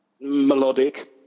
melodic